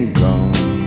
gone